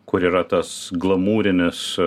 kur yra tas glamūrinis